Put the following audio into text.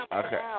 okay